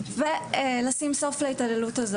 ולהתעללות.